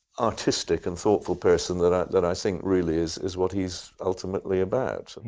artistic and thoughtful person that i that i think really is is what he is ultimately about. and